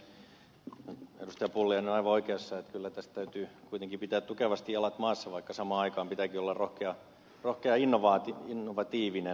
pulliainen on aivan oikeassa että kyllä tässä täytyy kuitenkin pitää tukevasti jalat maassa vaikka samaan aikaan pitääkin olla rohkean innovatiivinen